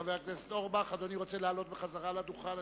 חבר הכנסת אורבך, אדוני רוצה לעלות בחזרה לדוכן?